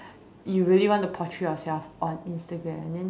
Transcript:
you really want to portray yourself on Instagram and then